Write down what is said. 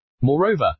Moreover